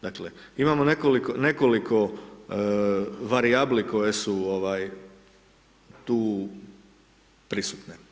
Dakle, imamo nekoliko varijabli koje su tu prisutne.